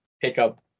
pickup